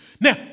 Now